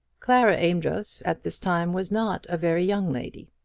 clara amedroz at this time was not a very young lady.